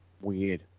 Weird